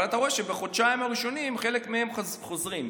אבל אתה רואה שבחודשיים הראשונים חלק מהם חוזרים.